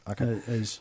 Okay